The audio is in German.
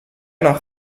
nach